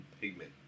pigment